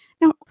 Now